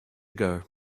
ago